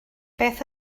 beth